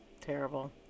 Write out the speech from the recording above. Terrible